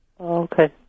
Okay